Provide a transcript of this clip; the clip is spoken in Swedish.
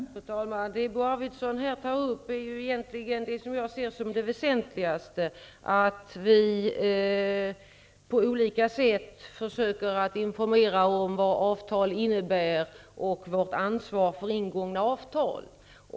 Fru talman! Det som Bo Arvidson här tar upp är egentligen det som jag ser som det mest väsentliga, nämligen att vi på olika sätt försöker informera om vad avtal innebär och vårt ansvar för ingångna avtal.